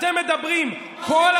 אתם מדברים, מה זה קשור?